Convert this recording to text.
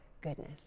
goodness